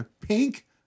pink